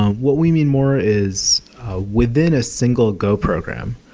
what we mean more is within a single go program,